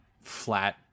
flat